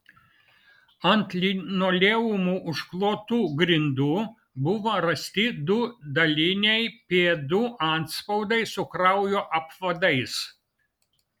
ant linoleumu užklotų grindų buvo rasti du daliniai pėdų atspaudai su kraujo apvadais